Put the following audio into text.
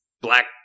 Black